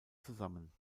zusammen